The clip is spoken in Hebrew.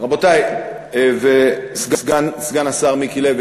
רבותי וסגן השר מיקי לוי,